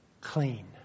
clean